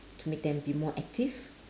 to make them be more active